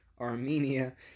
Armenia